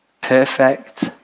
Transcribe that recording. perfect